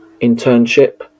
internship